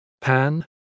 Pan